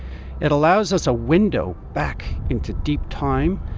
it allows us a window back into deep time,